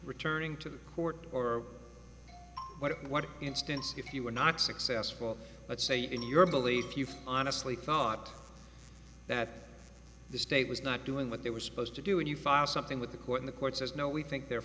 returning to the court or what instance if you were not successful let's say in your belief you honestly thought that the state was not doing what they were supposed to do and you file something with the court the court says no we think they're